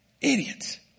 Idiots